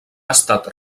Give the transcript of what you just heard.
estat